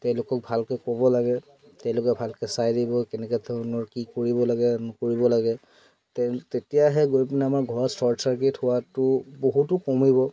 তেওঁলোকক ভালকৈ ক'ব লাগে তেওঁলোকে ভালকৈ চাই দিব কেনেকৈ ধৰণৰ কি কৰিব লাগে নকৰিব লাগে তে তেতিয়াহে গৈ পিনে আমাৰ ঘৰত শ্বৰ্ট চাৰ্কিট হোৱাটো বহুতো কমিব